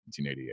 1988